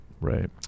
right